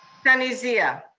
sunny zia.